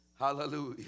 Hallelujah